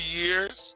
years